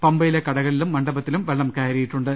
പമ്പ യിലെ കടകളിലും മണ്ഡപത്തിലും വെള്ളം കയറിയിട്ടുണ്ട്